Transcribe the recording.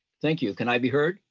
thank you, can i be heard?